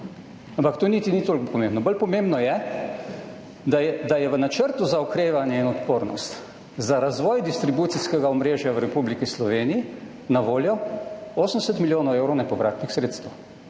Ampak to niti ni toliko pomembno, bolj pomembno je, da je v načrtu za okrevanje in odpornost za razvoj distribucijskega omrežja v Republiki Sloveniji na voljo 80 milijonov evrov nepovratnih sredstev.